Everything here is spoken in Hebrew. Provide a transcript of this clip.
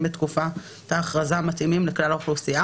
בתקופת ההכרזה מתאימים לכלל האוכלוסייה,